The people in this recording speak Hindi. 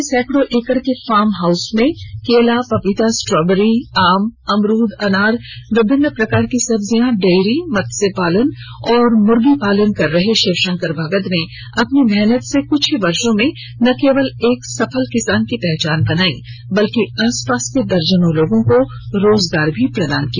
अपने सैकड़ों एकड़ के फॉर्म हाउस में केला पपीता स्ट्रोबरी आम अमरूद अनार विभिन्न प्रकार की सब्जियां डेयरी मत्स्य पालन और मुर्गी पालन कर रहे शिवशंकर भगत ने अपनी मेहनत से कुछ ही वर्षा में न सिर्फ एक सफल किसान की पहचान बनायी बल्कि आसपास के दर्जनों लोगों को रोजगार भी प्रदान किया